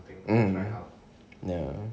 um ya